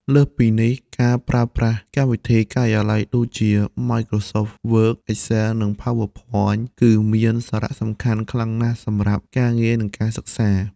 លើសពីនេះ ការប្រើប្រាស់កម្មវិធីការិយាល័យដូចជា Microsoft Word, Excel, និង PowerPoint គឺមានសារៈសំខាន់ខ្លាំងណាស់សម្រាប់ការងារនិងការសិក្សា។